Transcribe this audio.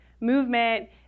movement